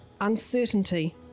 uncertainty